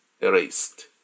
erased